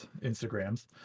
Instagrams